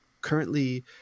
currently